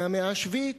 מהמאה השביעית,